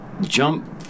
jump